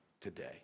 today